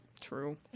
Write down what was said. True